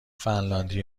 فنلاندی